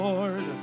Lord